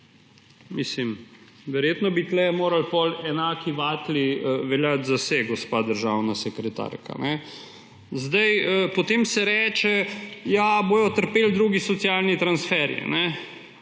pravilo. Verjetno bi tukaj morali potem enaki vatli veljati za vse, gospa državna sekretarka. Potem se reče – Ja, bodo trpeli drugi socialni transferi.